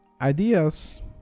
ideas